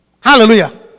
Hallelujah